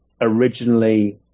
originally